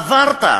עברת.